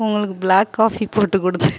அவங்களுக்கு black coffee போட்டுக் கொடுத்தேன்